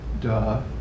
duh